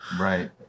Right